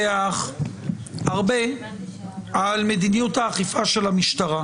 להתווכח הרבה על מדיניות האכיפה של המשטרה.